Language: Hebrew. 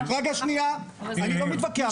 אני לא מתווכח.